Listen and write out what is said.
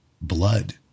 blood